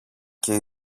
και